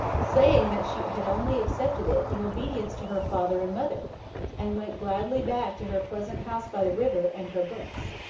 saying that she had only accepted it in obedience to her father and mother and went gladly back to her pleasant house by the river, and her books.